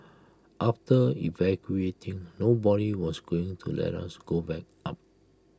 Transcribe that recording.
after evacuating nobody was going to let us go back up